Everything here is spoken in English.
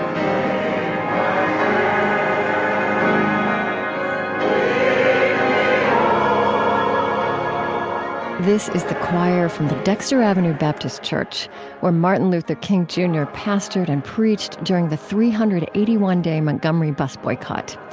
um this is the choir from the dexter avenue baptist church where martin luther king jr. pastored and preached during the three hundred and eighty one day montgomery bus boycott.